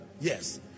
yes